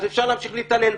אז אפשר להמשיך להתעלל בה.